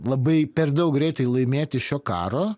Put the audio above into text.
labai per daug greitai laimėti šio karo